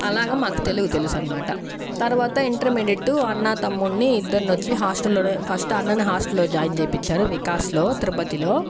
అలాగ మాకు తెలుగు తెలుసనమాట ఆ తర్వాత ఇంటర్మీడియట్టు అన్న తమ్ముడ్ని ఇద్దర్నొచ్చి హాస్టల్లోనే ఫస్ట్ అన్నని హాస్టల్లో జాయిన్ చేపిచ్చారు వికాస్లో తిరుపతిలో